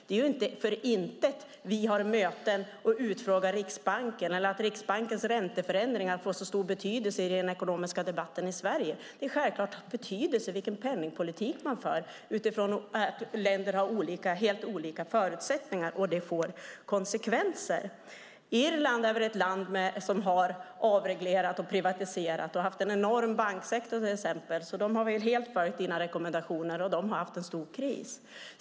Det är ju inte för inte som vi har möten och utfrågar Riksbanken eller att Riksbankens ränteförändringar får så stor betydelse i den ekonomiska debatten i Sverige. Det har självklart betydelse vilken penningpolitik länderna för utifrån att de har helt olika förutsättningar. Det får konsekvenser. Irland är väl ett land som har avreglerat och privatiserat och som till exempel haft en enorm banksektor, så de har väl helt följt dina rekommendationer, och de har haft en stor kris.